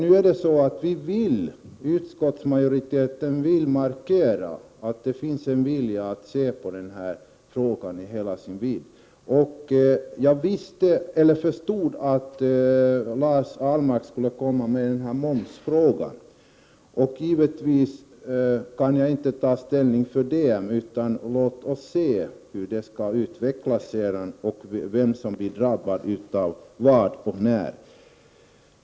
Utskottsmajoriteten vill markera att det finns en vilja att se på denna fråga i hela dess vidd. Jag förstod att Lars Ahlmark skulle ställa denna fråga om moms. Jag kan givetvis inte nu ta ställning till den saken. Låt oss avvakta och se hur det hela utvecklas och vem som kan komma att drabbas.